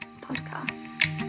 Podcast